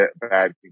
bad